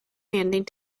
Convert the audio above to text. standing